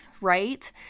right